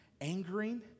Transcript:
angering